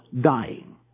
dying